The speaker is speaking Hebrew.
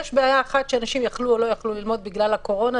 יש בעיה אחת שאנשים יכלו או לא יכלו ללמוד בגלל הקורונה,